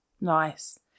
Nice